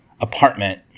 apartment